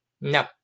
No